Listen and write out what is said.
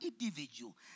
individual